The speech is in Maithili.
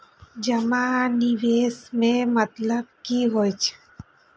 जमा आ निवेश में मतलब कि होई छै?